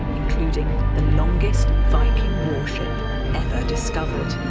including the longest viking war ship ever discovered.